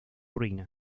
ruina